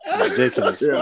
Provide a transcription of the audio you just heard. Ridiculous